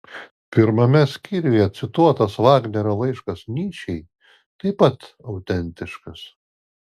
pirmame skyriuje cituotas vagnerio laiškas nyčei taip pat autentiškas